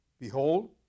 Behold